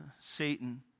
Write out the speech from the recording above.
Satan